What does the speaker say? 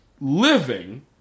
living